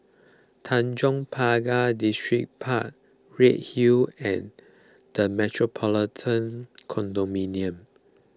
Tanjong Pagar Distripark Redhill and the Metropolitan Condominium